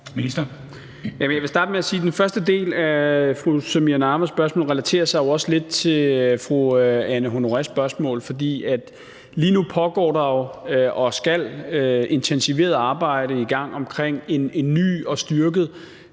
Den første del af fru Samira Nawas spørgsmål relaterer sig jo også lidt til fru Anne Honoré Østergaards spørgsmål, for lige nu pågår der jo et arbejde, og der skal intensiveret arbejde i gang omkring en ny og styrket